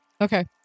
Okay